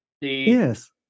Yes